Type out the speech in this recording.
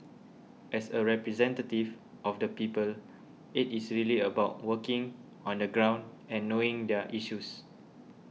as a representative of the people it is really about working on the ground and knowing their issues